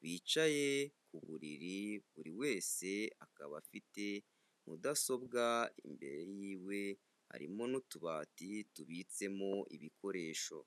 bicaye ku buriri buri wese akaba afite mudasobwa imbere y'iwe, harimo n'utubati tubitsemo ibikoresho.